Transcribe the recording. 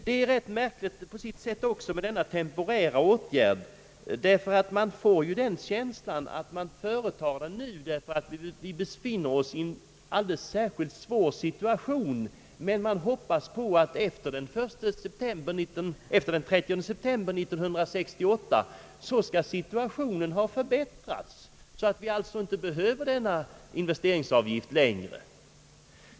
Det är också märkligt att man på sitt sätt beträffande denna temporära åtgärd får känslan att den vidtages nu för att vi befinner oss i en alldeles särskilt svår situation, men att man hoppas att läget skall ha förbättrats till den 30 september 1968 så att vi då inte längre behöver denna investeringsavgift.